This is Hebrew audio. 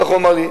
כך הוא אמר לי,